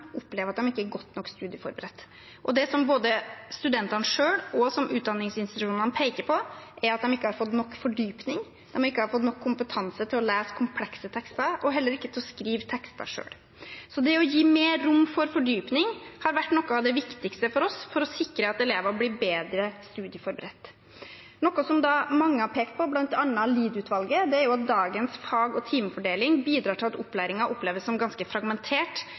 opplever at de ikke er godt nok studieforberedt. Det som både studentene selv og utdanningsinstitusjonene peker på, er at de ikke har fått nok fordypning, at de ikke har fått nok kompetanse til å lese komplekse tekster og heller ikke til å skrive tekster selv. Så det å gi mer rom for fordypning har vært noe av det viktigste for oss, for å sikre at elevene blir bedre studieforberedt. Noe som mange har pekt på, bl.a. Lied-utvalget, er at dagens fag- og timefordeling bidrar til at opplæringen oppleves som ganske fragmentert.